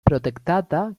protektata